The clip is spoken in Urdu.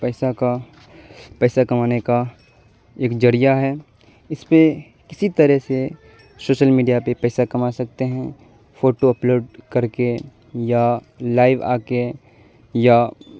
پیسہ کا پیسہ کمانے کا ایک ذریعہ ہے اس پہ کسی طرح سے شوشل میڈیا پہ پیسہ کما سکتے ہیں فوٹو اپلوڈ کر کے یا لائیو آ کے یا